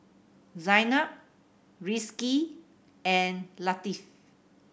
Zaynab Rizqi and Latif